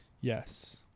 Yes